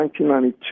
1992